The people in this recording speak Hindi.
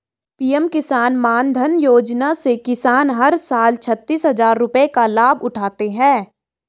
पीएम किसान मानधन योजना से किसान हर साल छतीस हजार रुपये का लाभ उठाते है